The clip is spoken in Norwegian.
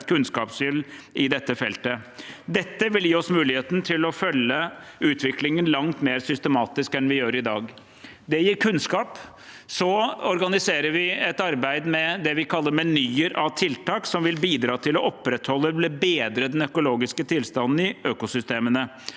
kunnskapshull i dette feltet. Dette vil gi oss muligheten til å følge utviklingen langt mer systematisk enn vi gjør i dag. Det gir kunnskap. Så organiserer vi et arbeid med det vi kaller menyer av tiltak, som vil bidra til å opprettholde eller bedre den økologiske tilstanden i økosystemene.